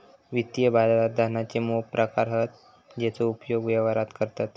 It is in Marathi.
वित्तीय बाजारात धनाचे मोप प्रकार हत जेचो उपयोग व्यवहारात करतत